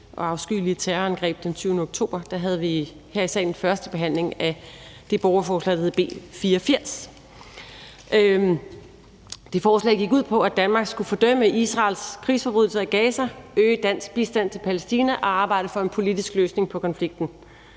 og afskyelige terrorangreb den 7. oktober havde vi her i salen første behandling af det borgerforslag, der hed B 84. Det forslag gik ud på, at Danmark skulle fordømme Israels krigsforbrydelser i Gaza, øge dansk bistand til Palæstina og arbejde for en politisk løsning på konflikten.